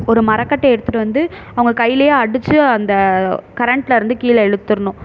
ஒரு மர கட்டையை எடுத்துகிட்டு வந்து அவங்க கையிலே அடிச்சு அந்த கரண்ட்லிருந்து கீழே இழுத்துடணும்